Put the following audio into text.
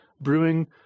brewing